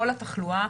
כל התחלואה,